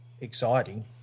exciting